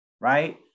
right